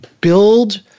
build